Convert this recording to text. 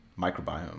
microbiome